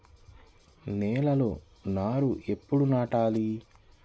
నేలలో నారు ఎప్పుడు నాటాలి?